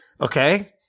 Okay